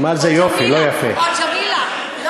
לאוהבים חסרי תקווה.